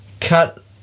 cut